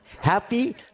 happy